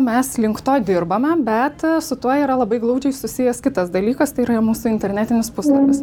mes link to dirbame bet su tuo yra labai glaudžiai susijęs kitas dalykas tai yra mūsų internetinis puslapis